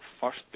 first